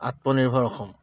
Atmanirbhar Assam